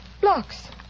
blocks